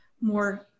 more